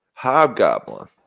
Hobgoblin